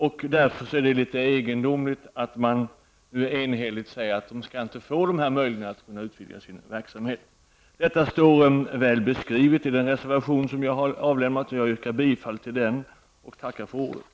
Det är därför litet egendomligt att man nu enhälligt säger att de inte skall få dessa möjligheter att utvidga sin verksamhet. Detta beskrivs mycket väl i den reservation som jag har avlämnat. Jag yrkar bifall till den och tackar för ordet.